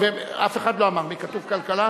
כתוב כלכלה?